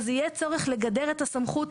אז יהיה צורך לדרג את הסמכות,